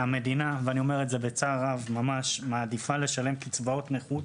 אני אומר בצער רב שהמדינה מעדיפה לשלם קצבאות נכות